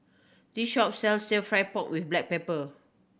this shop sells Stir Fried Pork With Black Pepper